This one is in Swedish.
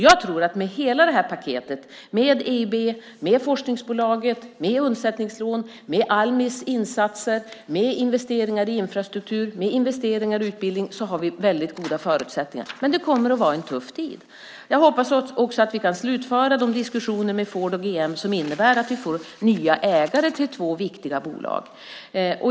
Jag tror att med hela det här paketet - med EIB, med forskningsbolaget, med undsättningslån, med Almis insatser, med investeringar i infrastruktur och med investeringar i utbildning - har vi väldigt goda förutsättningar. Men det kommer att vara en tuff tid. Jag hoppas också att vi kan slutföra de diskussioner med Ford och GM som innebär att vi får nya ägare till två viktiga bolag.